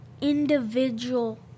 individual